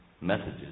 messages